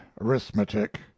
arithmetic